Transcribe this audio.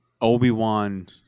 Obi-Wan